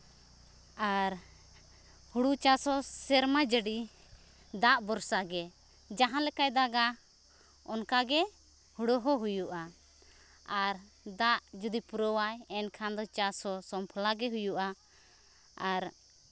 ᱟᱨ ᱦᱳᱲᱳ ᱪᱟᱥ ᱦᱚᱸ ᱥᱮᱨᱢᱟ ᱡᱟᱹᱲᱤ ᱫᱟᱜ ᱵᱷᱚᱨᱥᱟ ᱜᱮ ᱡᱟᱦᱟᱸ ᱞᱮᱠᱟᱭ ᱫᱟᱜᱟ ᱚᱱᱠᱟᱜᱮ ᱦᱳᱲᱳ ᱦᱚᱸ ᱦᱩᱭᱩᱜᱼᱟ ᱟᱨ ᱫᱟᱜ ᱡᱩᱫᱤ ᱯᱩᱨᱟᱹᱣᱟᱭ ᱮᱱᱠᱷᱱᱟᱱ ᱪᱟᱥ ᱦᱚᱸ ᱥᱚᱢᱯᱷᱚᱞᱟ ᱜᱮ ᱦᱩᱭᱩᱜᱼᱟ ᱟᱨ